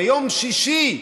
ביום שישי,